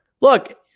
Look